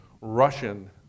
Russian